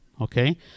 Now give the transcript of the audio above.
Okay